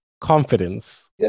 confidence